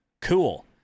Cool